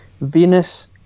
Venus